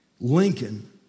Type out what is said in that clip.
Lincoln